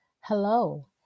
Hello